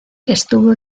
estuvo